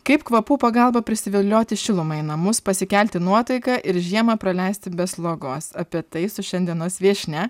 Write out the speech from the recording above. kaip kvapų pagalba prisivilioti šilumą į namus pasikelti nuotaiką ir žiemą praleisti be slogos apie tai su šiandienos viešnia